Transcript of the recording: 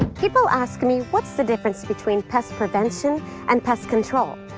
people ask me what's the difference between pest prevention and pest control.